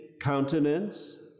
countenance